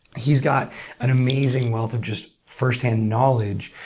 he's got an amazing wealth of just firsthand knowledge